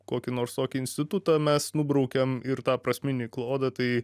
kokį nors tokį institutą mes nubraukėm ir tą prasminį klodą tai